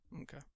Okay